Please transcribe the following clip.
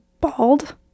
bald